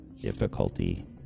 difficulty